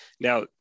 Now